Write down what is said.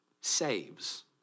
saves